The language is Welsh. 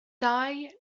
dau